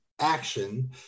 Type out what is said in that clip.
action